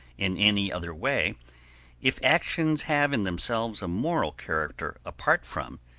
in any other way if actions have in themselves a moral character apart from,